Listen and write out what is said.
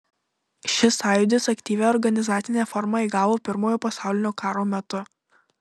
šis sąjūdis aktyvią organizacinę formą įgavo pirmojo pasaulinio karo metu